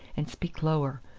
and speak lower.